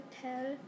tell